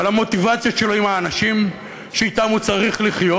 על המוטיבציות שלו עם האנשים שאתם הוא צריך לחיות.